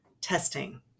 testing